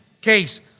case